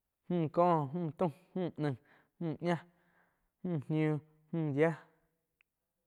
Müh có, mü taum, müh naih, mü ñah, mü ñiuh, mü yiah.